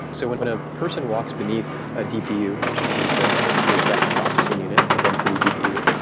so when when a person walks beneath a dpu, which is a a depth processing unit, a density dpu,